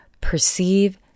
perceive